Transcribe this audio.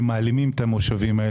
הם יעלימו את המושבים.